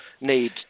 need